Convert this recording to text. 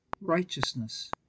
righteousness